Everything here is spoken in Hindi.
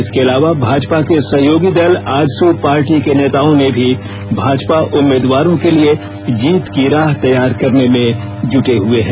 इसके अलावा भाजपा के सहयोगी दल आजसू पार्टी के नेताओं ने भी भाजपा उम्मीदवारों के लिए जीत की राह तैयार करने में जुटे हुए हैं